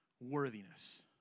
worthiness